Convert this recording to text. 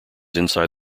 inside